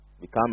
Become